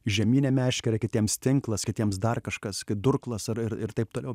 žieminė meškerė kitiems tinklas kitiems dar kažkas durklas ar ir ir taip toliau